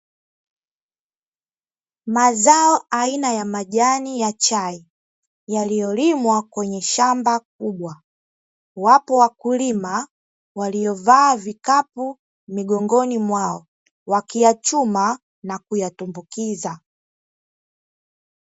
Mazao aina ya majani ya chai yaliyolimwa kwenye shamba kubwa. Wapo wakulima waliovaa vikapu migongoni mwao, wakiyachuma na kuyatumbukiza.